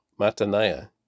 Mataniah